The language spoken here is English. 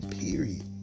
period